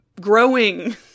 growing